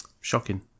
Shocking